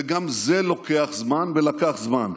וגם זה לוקח זמן ולקח זמן.